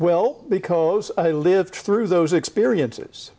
well because i lived through those experiences